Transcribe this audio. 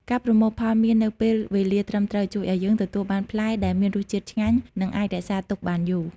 ការប្រមូលផលមៀននៅពេលវេលាត្រឹមត្រូវ ជួយឱ្យយើងទទួលបានផ្លែដែលមានរសជាតិឆ្ងាញ់ និងអាចរក្សាទុកបានយូរ។